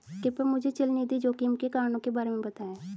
कृपया मुझे चल निधि जोखिम के कारणों के बारे में बताएं